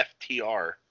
FTR